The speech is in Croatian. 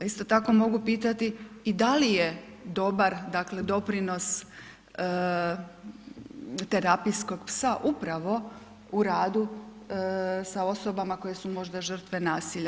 Isto tako mogu pitati i da li je dobar, dakle doprinos terapijskog psa upravo u radu sa osobama koje su možda žrtve nasilja?